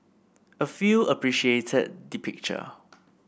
a few appreciated the picture